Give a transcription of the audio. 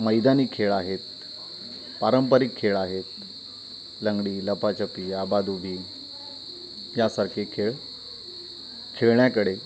मैदानी खेळ आहेत पारंपरिक खेळ आहेत लंगडी लपाछपी आबादुबी यासारखे खेळ खेळण्याकडे